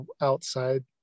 outside